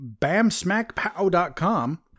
Bamsmackpow.com